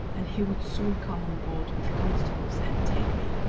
and he would soon come on board with constables and take me.